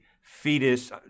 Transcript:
fetus